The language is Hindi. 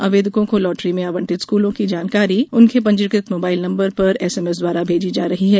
आवेदकों को लॉटरी में आवंटित स्कूलों की जानकारी उनके पंजीकृत मोबाइल नंबर पर एसएमएस द्वारा भेजी जा रही है